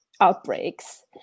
outbreaks